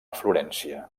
florència